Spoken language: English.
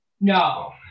No